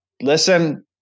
listen